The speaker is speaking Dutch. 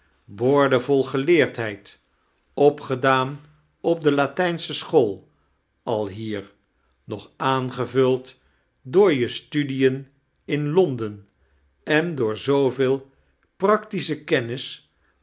boordevol geleerdheid opgedaan op de latijnsche school alhier nog aangevuld door je studien in londen en door zooveel practisclie kennis